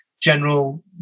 general